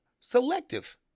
selective